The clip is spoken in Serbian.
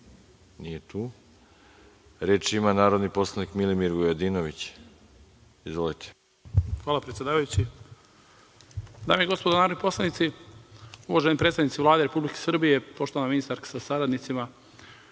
(Nije tu.)Reč ima narodni poslanik Milimir Vujadinović. Izvolite. **Milimir Vujadinović** Hvala, predsedavajući. Dame i gospodo narodni poslanici, uvaženi predstavnici Vlade Republike Srbije, poštovana ministarko sa saradnicima,